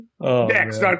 next